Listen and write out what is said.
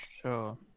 Sure